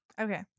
Okay